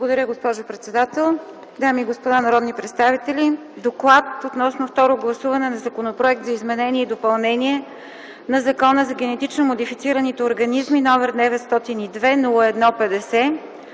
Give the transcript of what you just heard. Благодаря, госпожо председател. Дами и господа народни представители, „Доклад относно второ гласуване на Законопроект за изменение и допълнение на Закона за генетично модифицираните организми, № 902-01-50,